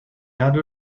had